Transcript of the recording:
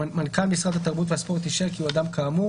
שהמנהל הכללי של משרד התרבות והספורט אישר כי הוא אדם כאמור,